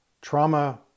trauma